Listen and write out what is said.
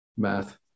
math